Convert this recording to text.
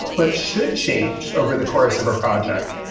but should change over the course of a project,